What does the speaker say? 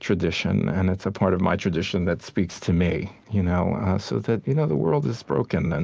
tradition, and it's a part of my tradition that speaks to me. you know so you know the world is broken. and